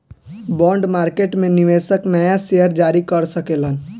bond market में निवेशक नाया शेयर जारी कर सकेलन